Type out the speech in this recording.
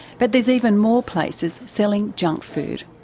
but there's even more places selling junk food.